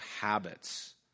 habits